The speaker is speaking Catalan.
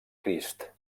crist